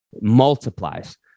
multiplies